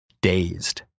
dazed